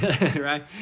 right